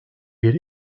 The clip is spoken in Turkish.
bir